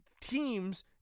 teams